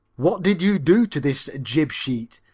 what did you do to this jib-sheet?